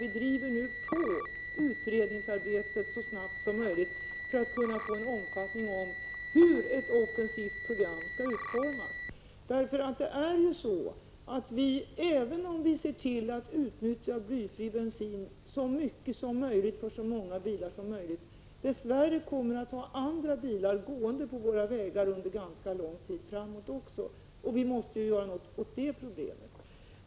Vi driver nu på utredningsarbetet för att så snabbt som möjligt kunna få en uppfattning om hur ett offensivt program skall utformas. Även om vi ser till att så många bilar som möjligt utnyttjar blyfri bensin i största möjliga utsträckning, kommer vi dess värre under ganska lång tid framåt att också ha andra bilar trafikerande våra vägar. Vi måste ju göra något åt detta problem.